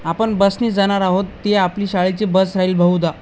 आपण बसने जाणार आहोत ते आपली शाळेचे बस राहील बहुधा